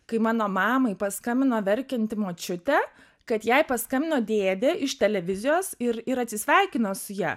kai mano mamai paskambino verkianti močiutė kad jai paskambino dėdė iš televizijos ir ir atsisveikino su ja